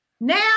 Now